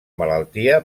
malaltia